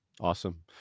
Awesome